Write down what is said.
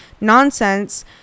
Nonsense